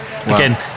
Again